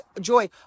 joy